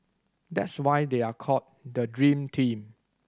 that's why they are called the dream team